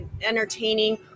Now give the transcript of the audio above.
entertaining